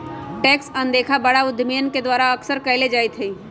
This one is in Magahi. टैक्स अनदेखा बड़ा उद्यमियन के द्वारा अक्सर कइल जयते हई